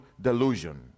delusion